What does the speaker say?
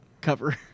cover